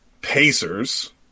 Pacers